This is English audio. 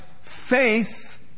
faith